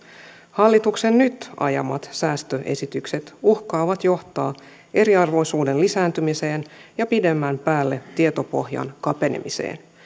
hallituksen nyt ajamat säästöesitykset uhkaavat johtaa eriarvoisuuden lisääntymiseen ja pidemmän päälle tietopohjan kapenemiseen